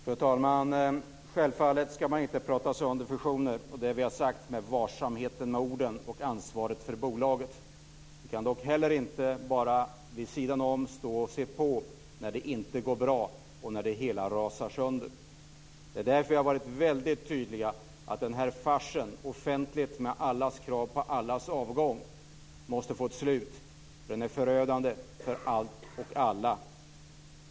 Fru talman! Självfallet ska man inte prata sönder fusioner. Det vi har sagt har vi sagt med varsamheten i orden och ansvaret för bolaget. Vi kan dock inte heller bara vid sidan om stå och se på när det inte går bra och när det hela rasar sönder. Det är därför vi har varit väldigt tydliga och sagt att den här offentliga farsen, med allas krav på allas avgång, måste få ett slut. Den är förödande för allt och alla.